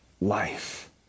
life